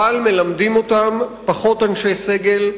אבל מלמדים אותם פחות אנשי סגל,